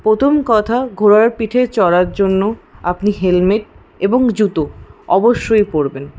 প্রথম কথা ঘোড়ার পিঠে চলার জন্য আপনি হেলমেট এবং জুতো অবশ্যই পরবেন